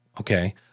Okay